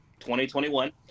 2021